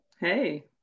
Hey